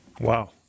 Wow